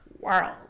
world